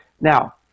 Now